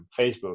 Facebook